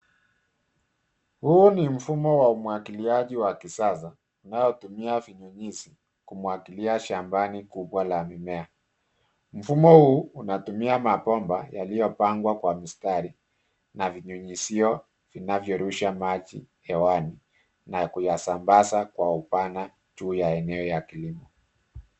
Huu ni mfumo wa umwagiliaji wa kisasa unaotumia vinyunyizi kumwagilia shambani kubwa la mimea, mfumo huu unatumia mapomba yaliopangwa kwa mistari na vinyunyizo vinavyo rusha maji hewani na kuyasambaza kwa pana juu ya eneo ya kilimo.